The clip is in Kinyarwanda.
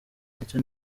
ndetse